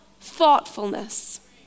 thoughtfulness